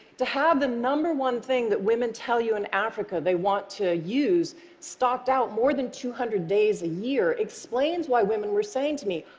to have the number one thing that women tell you in africa they want to use stocked out more than two hundred days a year explains why women were saying to me,